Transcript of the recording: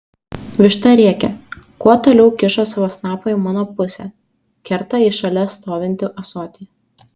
višta rėkia kuo toliau kiša savo snapą į mano pusę kerta į šalia stovintį ąsotį